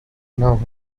now